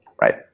right